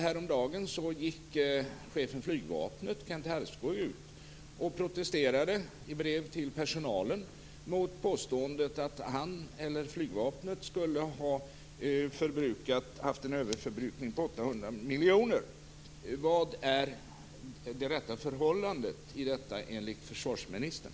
Häromdagen gick chefen för Flygvapnet, Kent Harrskog, ut och protesterade i brev till personalen mot påståendet att Flygvapnet skulle ha haft en överförbrukning på 800 miljoner. Vad är det rätta förhållandet i detta enligt försvarsministern?